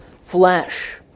flesh